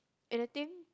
and I think